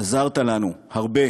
עזרת לנו הרבה